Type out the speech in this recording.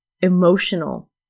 emotional